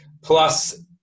Plus